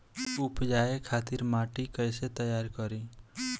उपजाये खातिर माटी तैयारी कइसे करी?